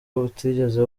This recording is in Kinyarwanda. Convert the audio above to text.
butigeze